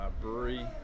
brewery